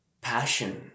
passion